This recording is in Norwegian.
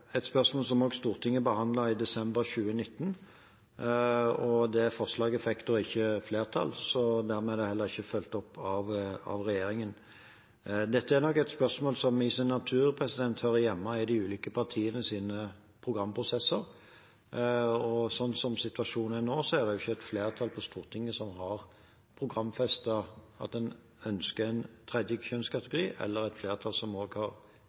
et spørsmål som Stortinget også behandlet i desember 2019, og det forslaget fikk ikke flertall. Dermed er det heller ikke fulgt opp av regjeringen. Dette er nok et spørsmål som i sin natur hører hjemme i de ulike partienes programprosesser. Slik situasjonen er nå, har et flertall på Stortinget verken programfestet at en ønsker en tredje kjønnskategori, eller at en ønsker å utrede det. Statsråden har